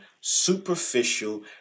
superficial